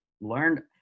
learned